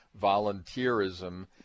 volunteerism